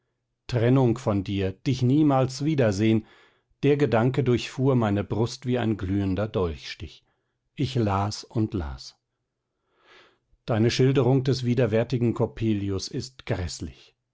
trennung von dir dich niemals wiedersehen der gedanke durchfuhr meine brust wie ein glühender dolchstich ich las und las deine schilderung des widerwärtigen coppelius ist gräßlich